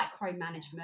micromanagement